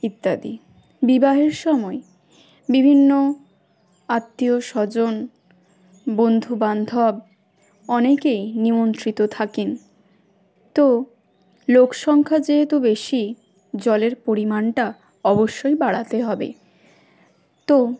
ইত্যাদি বিবাহের সময় বিভিন্ন আত্মীয়স্বজন বন্ধুবান্ধব অনেকেই নিমন্ত্রিত থাকেন তো লোক সংখ্যা যেহেতু বেশি জলের পরিমাণটা অবশ্যই বাড়াতে হবে তো